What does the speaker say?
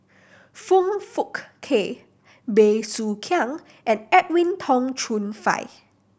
Foong Fook Kay Bey Soo Khiang and Edwin Tong Chun Fai